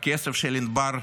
הכסף של ענבר לניר,